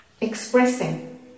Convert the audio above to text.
Expressing